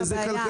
וזה כלכלי.